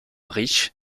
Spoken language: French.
riches